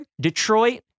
Detroit